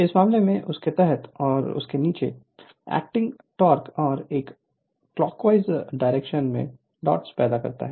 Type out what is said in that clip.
इस मामले में उस के तहत और यह नीचे एक्टिंग कोर्स और एक काउंटर क्लॉकवाइज डॉट्स पैदा करता है